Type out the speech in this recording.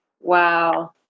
Wow